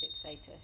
status